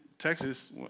Texas